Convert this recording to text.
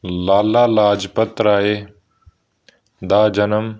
ਲਾਲਾ ਲਾਜਪਤ ਰਾਏ ਦਾ ਜਨਮ